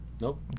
Nope